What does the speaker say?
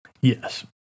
Yes